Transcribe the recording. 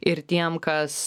ir tiem kas